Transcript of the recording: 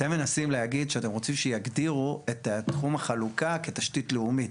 אתם מנסים להגיד שאתם רוצים שיגדירו את תחום החלוקה כתשתית לאומית.